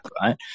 right